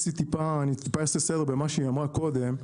אני טיפה אעשה סדר במה שהיא אמרה קודם,